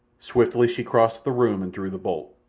swiftly she crossed the room and drew the bolt.